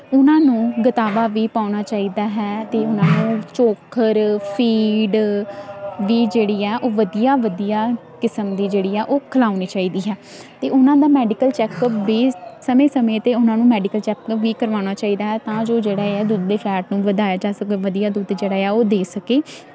ਉਹਨਾਂ ਨੂੰ ਗਤਾਵਾ ਵੀ ਪਾਉਣਾ ਚਾਹੀਦਾ ਹੈ ਅਤੇ ਉਹਨਾਂ ਨੂੰ ਚੋਖਰ ਫੀਡ ਦੀ ਜਿਹੜੀ ਆ ਉਹ ਵਧੀਆ ਵਧੀਆ ਕਿਸਮ ਦੀ ਜਿਹੜੀ ਆ ਉਹ ਖਿਲਾਉਣੀ ਚਾਹੀਦੀ ਹੈ ਅਤੇ ਉਹਨਾਂ ਦਾ ਮੈਡੀਕਲ ਚੈੱਕਅਪ ਵੀ ਸਮੇਂ ਸਮੇਂ 'ਤੇ ਉਹਨਾਂ ਨੂੰ ਮੈਡੀਕਲ ਚੈਕਅਪ ਵੀ ਕਰਵਾਉਣਾ ਚਾਹੀਦਾ ਤਾਂਜੋ ਜਿਹੜਾ ਹੈ ਦੁੱਧ ਦੇ ਫੈਟ ਨੂੰ ਵਧਾਇਆ ਜਾ ਸਕੇ ਵਧੀਆ ਦੁੱਧ ਜਿਹੜਾ ਆ ਉਹ ਦੇ ਸਕੇ